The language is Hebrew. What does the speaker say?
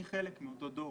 אני חלק מאותו דור.